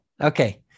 Okay